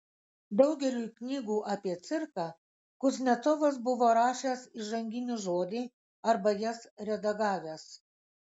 daugeliui knygų apie cirką kuznecovas buvo rašęs įžanginį žodį arba jas redagavęs